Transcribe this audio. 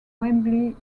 wembley